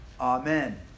Amen